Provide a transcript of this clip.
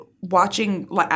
watching